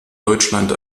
deutschland